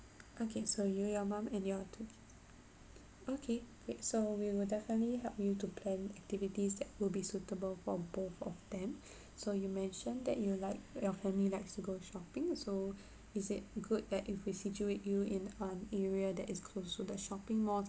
okay so your your mum and your two okay great so we will definitely help you to plan activities that will be suitable for both of them so you mentioned that you would like your family likes to go shopping so is it good that if we situate you in an area that is closer to the shopping mall